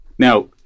Now